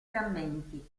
frammenti